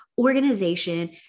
organization